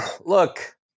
Look